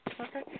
Okay